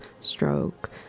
stroke